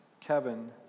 Kevin